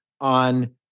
on